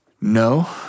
No